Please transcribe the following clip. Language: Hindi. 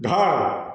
घर